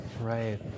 right